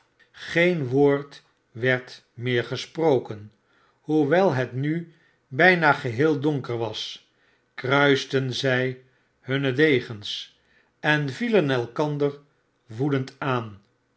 geen woord werd meer gesproken hoewel het nu bijna geheel donker was kruisten zij hunne degens en vielen elkander woedend aan